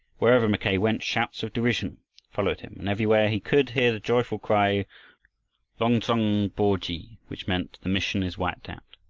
wherever mackay went, shouts of derision followed him, and everywhere he could hear the joyful cry long-tsong bo-khi! which meant the mission is wiped out!